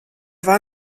war